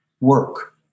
work